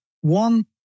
one